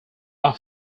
are